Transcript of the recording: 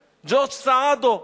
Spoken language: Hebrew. ג'ורג' סעדו.